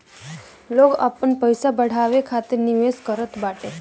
लोग आपन पईसा बढ़ावे खातिर निवेश करत बाटे